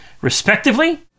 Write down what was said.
respectively